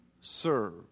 serve